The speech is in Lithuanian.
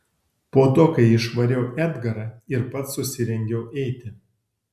po to kai išvariau edgarą ir pats susirengiau eiti